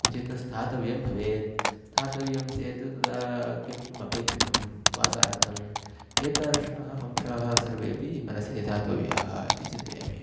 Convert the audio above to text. क्वचित् स्थातव्यं भवेत् स्थातव्यं चेत् तदा किं किम् अपेक्षितं वासार्थम् एतादृशाः अंशाः सर्वेपि मनसि निधातव्याः इति चिन्तयामि